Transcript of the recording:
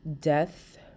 death